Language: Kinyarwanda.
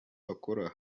bakora